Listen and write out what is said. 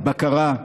בקרה,